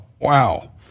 Wow